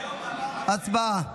הצבעה.